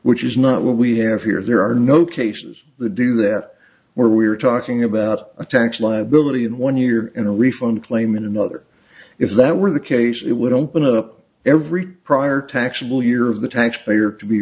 which is not what we have here there are no cases the do that where we are talking about a tax liability in one year in a refund claim in another if that were the case it would open up every prior taxable year of the taxpayer to be